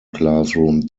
classroom